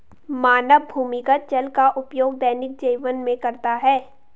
मानव भूमिगत जल का उपयोग दैनिक जीवन में करता है